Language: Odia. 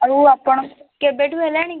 ଆଉ ଆପଣ କେବେଠୁ ହେଲାଣି